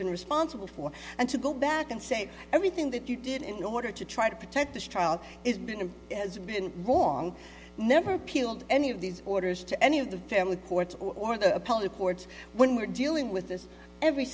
been responsible for and to go back and say everything that you did in order to try to protect this child is being and has been wrong never killed any of these orders to any of the family courts or the appellate courts when we're dealing with this every